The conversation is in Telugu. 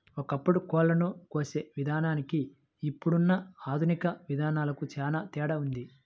ఒకప్పుడు కోళ్ళను కోసే విధానానికి ఇప్పుడున్న ఆధునిక విధానాలకు చానా తేడా ఉంది